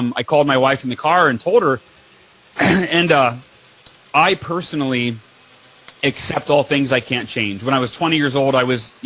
um i called my wife in the car and told her and i personally accept all things i can't change. when i twenty years old i was,